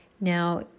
Now